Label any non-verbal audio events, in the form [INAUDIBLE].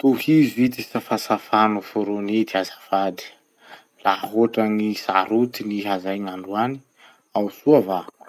Tohizo ity safasafa noforony ity azafady: "la hotrany sarotiny iha zay gn'androany, ao soa [NOISE] va?